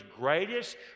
greatest